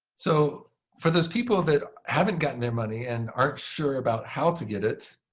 so for those people that haven't gotten their money and aren't sure about how to get it,